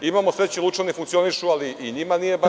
Imamo sreće Lučani funkcionišu, ali i njima nije baš.